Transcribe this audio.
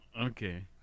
Okay